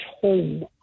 home